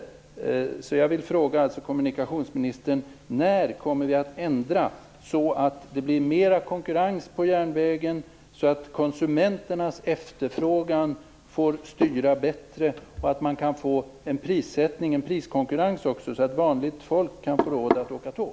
När kommer vi att ändra detta till mer konkurrens på järnvägen så att konsumenternas efterfrågan får styra bättre och så att det kan bli en prissättning och en priskonkurrens så att även vanligt folk kan få råd att åka tåg?